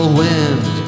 wind